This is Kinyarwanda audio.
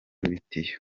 ibitiyo